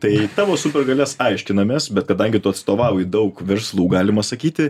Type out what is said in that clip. tai tavo supergalias aiškinamės bet kadangi tu atstovauji daug verslų galima sakyti